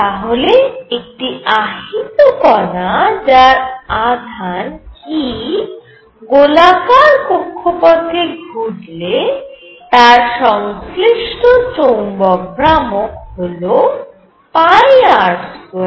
তাহলে একটি আহিত কণা যার আধান e গোলাকার কক্ষপথে ঘুরলে তার সংশ্লিষ্ট চৌম্বক ভ্রামক হল R2ν